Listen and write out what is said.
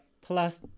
plus